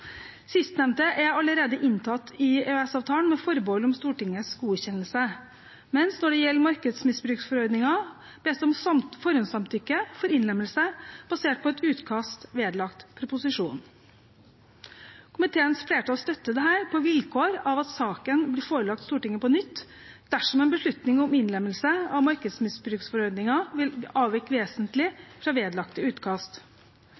Sistnevnte er allerede inntatt i EØS-avtalen med forbehold om Stortingets godkjennelse, mens det når det gjelder markedsmisbruksforordningen, bes om forhåndssamtykke for innlemmelse basert på et utkast vedlagt proposisjonen. Komiteens flertall støtter dette på vilkår av at saken blir forelagt Stortinget på nytt dersom en beslutning om innlemmelse av markedsmisbruksforordningen vil avvike vesentlig fra vedlagte utkast.